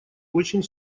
очень